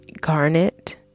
Garnet